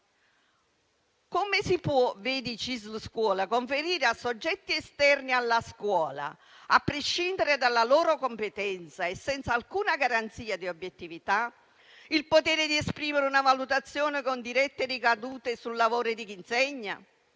Cisl scuola - conferire a soggetti esterni alla scuola, a prescindere dalla loro competenza e senza alcuna garanzia di obiettività, il potere di esprimere una valutazione con dirette ricadute sul lavoro di chi insegna.